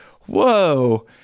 whoa